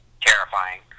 terrifying